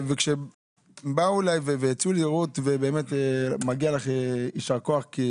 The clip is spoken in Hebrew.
כשבאו אליי והציעו לי, ובאמת מגיע לך יישר כוח, כי